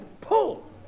pull